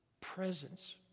presence